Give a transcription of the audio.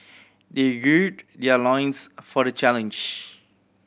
they gird their loins for the challenge